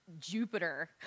Jupiter